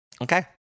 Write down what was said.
Okay